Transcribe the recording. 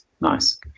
nice